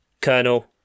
Colonel